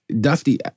Dusty